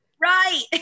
Right